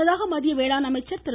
முன்னதாக மத்திய வேளாண் அமைச்சர் திரு